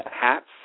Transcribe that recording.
hats